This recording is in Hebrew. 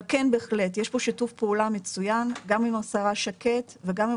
אבל כן בהחלט יש פה שיתוף פעולה מצוין גם עם השרה שקד וגם עם